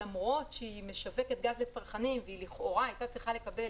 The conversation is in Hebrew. למרות שהחנות משווקת גז לצרכנים והיא לכאורה הייתה צריכה לקבל,